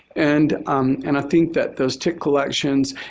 and um and i think that those tick collections,